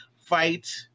fight